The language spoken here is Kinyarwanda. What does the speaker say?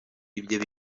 ibyo